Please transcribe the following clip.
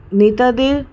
নেতাদের